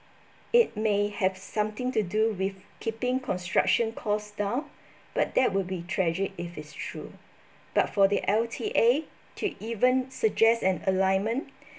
it may have something to do with keeping construction costs down but that would be tragic if it's true but for the L_T_A to even suggest an alignment